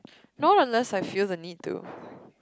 not unless I feel the need to